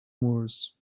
moors